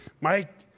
Mike